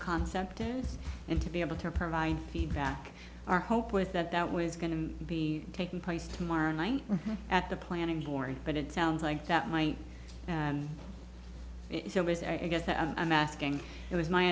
concept and to be able to provide feedback our hope with that that was going to be taking place tomorrow night at the planning horn but it sounds like that might i guess i'm asking it was my